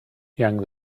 young